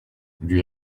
lui